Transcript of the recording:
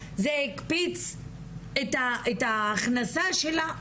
זה הקפיץ את ההכנסה שלה,